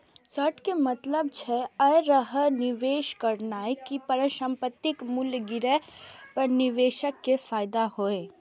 short के मतलब छै, अय तरहे निवेश करनाय कि परिसंपत्तिक मूल्य गिरे पर निवेशक कें फायदा होइ